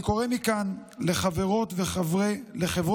אני קורא מכאן לחברות הביטוח